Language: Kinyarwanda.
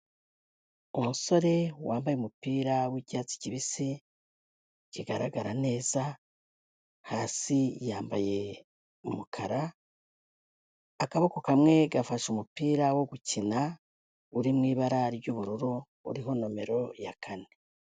Umusore wambaye umupira w'icyatsi kibisi kigaragara neza, hasi yambaye umukara, akaboko kamwe gafashe umupira wo gukina, uri mu ibara ry'ubururu uriho nomero ya kane.